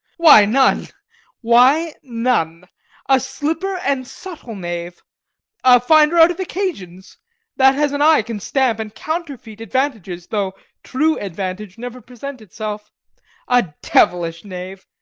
why, none why, none a slipper and subtle knave a finder out of occasions that has an eye can stamp and counterfeit advantages, though true advantage never present itself a devilish knave!